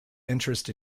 interest